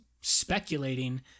speculating